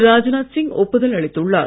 ராஜ்நாத் சிங் ஒப்புதல் அளித்துள்ளார்